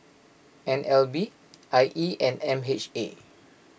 N L B I E and M H A